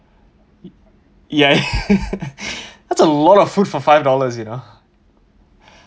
ya that's a lot of food for five dollars you know